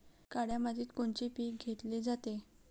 काळ्या मातीत कोनचे पिकं घेतले जाते?